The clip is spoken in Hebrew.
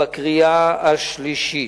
ובקריאה השלישית.